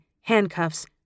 handcuffs